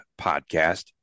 podcast